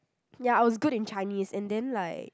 ya I was good in Chinese and then like